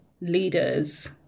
leaders